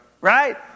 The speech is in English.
Right